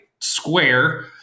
square